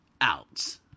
out